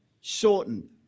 shortened